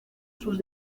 sus